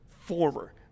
former